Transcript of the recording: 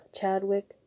Chadwick